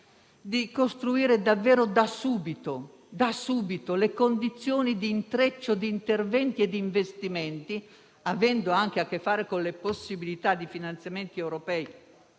di costruire davvero da subito le condizioni di intreccio di interventi e di investimenti, avendo anche la possibilità di finanziamenti europei,